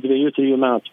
dviejų trijų metų